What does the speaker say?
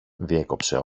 διέκοψε